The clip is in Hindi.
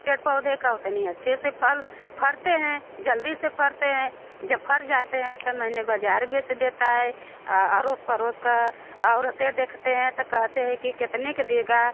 पेड़ पौधे की उतनी अच्छे से फल फलते हैं जल्दी से फलते हैं जब फल जाते हैं तो मैं बज़ार बेच देती है अड़ोस पड़ोस की औरतें देखती हैं तो कहती हैं कि कितने का दोगे